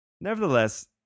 Nevertheless